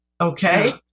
Okay